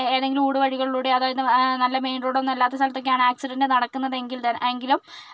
ഏതെങ്കിലും ഊട് വഴികളിലൂടെയോ അതായത് നല്ല മെയിൻ റോഡൊന്നും അല്ലാത്ത സ്ഥലത്തൊക്കെയാണ് ആക്സിഡൻ്റ് നടക്കുന്നതെങ്കിൽ തന്നെ എങ്കിലും